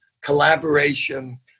collaboration